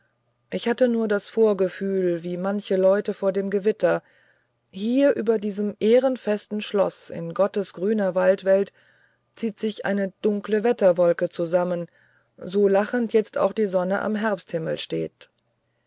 ich hatte nur das vorgefühl wie manche leute vor dem gewitter hier über diesem ehrenfesten schloß in gottes grüner waldwelt zieht sich eine dunkle wetterwolke zusammen so lachend jetzt auch die sonne am herbsthimmel steht